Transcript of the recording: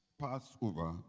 Passover